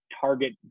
target